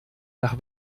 nach